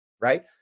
right